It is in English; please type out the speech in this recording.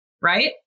right